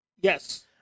Yes